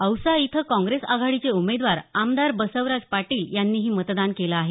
औसा इथं काँप्रेस आघाडीचे उमेदवार आमदार बसवराज पाटील यांनीही मतदान केलं आहे